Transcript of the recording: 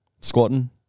Squatting